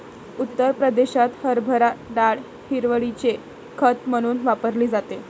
उत्तर प्रदेशात हरभरा डाळ हिरवळीचे खत म्हणून वापरली जाते